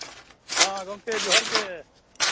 ᱦᱳᱭ ᱜᱚᱢᱠᱮ ᱡᱚᱦᱟᱨ ᱜᱮ